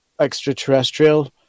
extraterrestrial